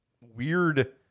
weird